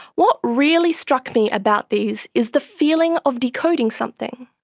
what really struck me about these is the feeling of decoding something.